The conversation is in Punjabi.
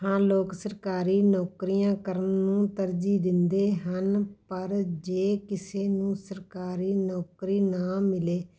ਹਾਂ ਲੋਕ ਸਰਕਾਰੀ ਨੌਕਰੀਆਂ ਕਰਨ ਨੂੰ ਤਰਜੀਹ ਦਿੰਦੇ ਹਨ ਪਰ ਜੇ ਕਿਸੇ ਨੂੰ ਸਰਕਾਰੀ ਨੌਕਰੀ ਨਾ ਮਿਲੇ